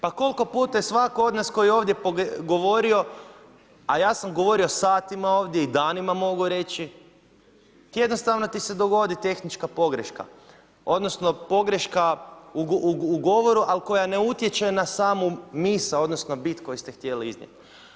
Pa koliko puta je svako od nas tko je ovdje govorio, a ja sam govorio satima ovdje i danima mogu reći, jednostavno ti se dogodi tehnička pogreška odnosno pogreška u govoru ali koja ne utječe na samu misao odnosno bit koju ste htjeli iznijet.